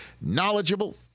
knowledgeable